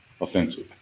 offensive